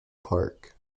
park